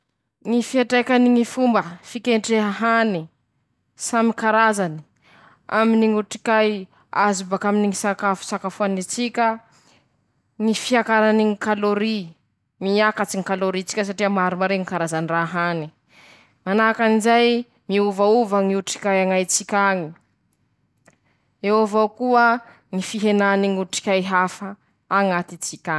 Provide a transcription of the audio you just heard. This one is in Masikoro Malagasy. Ñy fomba soa ahaizany ñ'ajà ñy karazan-kany maro mbo tsy hainy :ampilirin-teña an-traño ao tsikelikely karazan-kany reñy, na jaboen-teña tsikelikely na andesin-teña a bazary eñy i, atoron-teña azy tsikiraiké ñy raha tokony ho hainy mombany ñy sakafo.